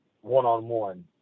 one-on-one